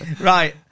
Right